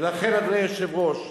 ולכן, אדוני היושב-ראש,